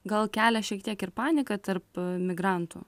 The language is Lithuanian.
gal kelia šiek tiek ir paniką tarp migrantų